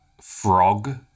frog